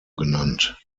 genannt